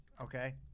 okay